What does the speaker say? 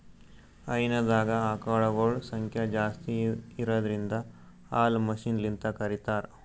ಹೈನಾದಾಗ್ ಆಕಳಗೊಳ್ ಸಂಖ್ಯಾ ಜಾಸ್ತಿ ಇರದ್ರಿನ್ದ ಹಾಲ್ ಮಷಿನ್ಲಿಂತ್ ಕರಿತಾರ್